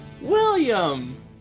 William